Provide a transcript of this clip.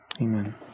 amen